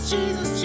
Jesus